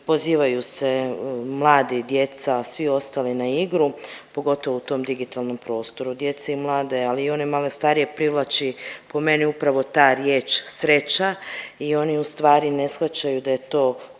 Pozivaju se mladi, djeca, svi ostali na igru, pogotovo u tom digitalnom prostoru. Djece i mlade, ali i one malo starije privlači po meni upravo ta riječ sreća i oni ustvari ne shvaćaju da je to